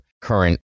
current